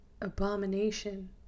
abomination